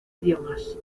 idiomas